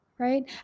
Right